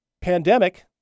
pandemic